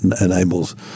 enables